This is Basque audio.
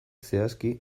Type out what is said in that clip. zehazki